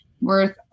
worth